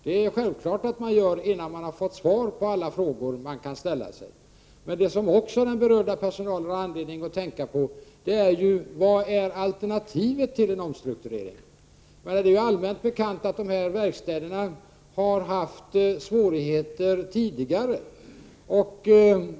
Det är självklart att man är orolig, innan man har fått svar på alla frågor som man kan ställa. Men vad den berörda personalen också har anledning att tänka på är: Vad är alternativet till en omstrukturering? Det är ju allmänt bekant att verkstäderna har haft svårigheter tidigare.